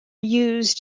used